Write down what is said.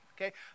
Okay